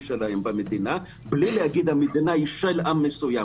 שלהן במדינה בלי להגיד שהמדינה היא של עם מסוים.